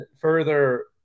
Further